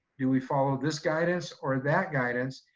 do we follow this guidance or that guidance?